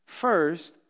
First